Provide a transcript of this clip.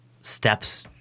steps